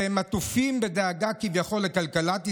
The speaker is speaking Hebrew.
שהם עטופים בדאגה כביכול לכלכלת ישראל,